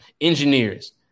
engineers